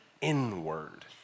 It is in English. inward